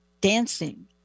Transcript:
dancing